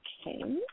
Okay